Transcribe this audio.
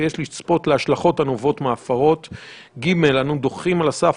יש לצפות להשלכות הנובעות מההפרות; אנו דוחים על הסף